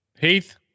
Heath